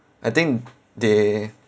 I think they